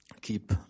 keep